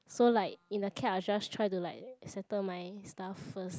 so like in the cab I just try to like settle my stuff first